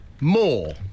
More